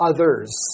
Others